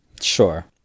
Sure